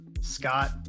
Scott